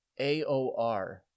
AOR